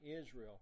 Israel